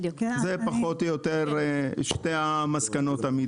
אלה שתי המסקנות המתבקשות.